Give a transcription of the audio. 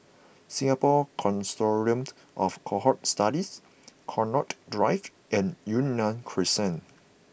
Singapore Consortium of Cohort Studies Connaught Drive and Yunnan Crescent